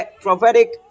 prophetic